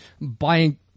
buying